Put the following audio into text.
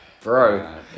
Bro